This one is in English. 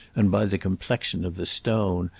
and by the complexion of the stone,